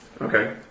Okay